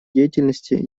деятельности